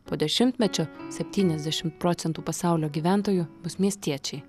po dešimtmečio septyniasdešimt procentų pasaulio gyventojų bus miestiečiai